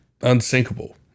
Unsinkable